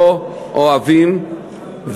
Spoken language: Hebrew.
לא אוהבים,